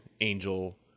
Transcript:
angel